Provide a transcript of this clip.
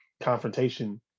Confrontation